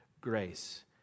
grace